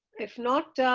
if not,